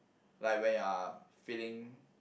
like when you are feeling